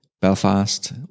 Belfast